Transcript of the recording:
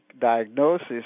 diagnosis